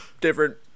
different